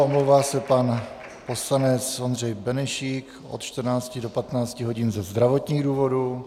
Omlouvá se pan poslanec Ondřej Benešík od 14 do 15 hodin ze zdravotních důvodů.